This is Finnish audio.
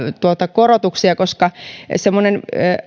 korotuksia koska semmoinen